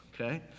Okay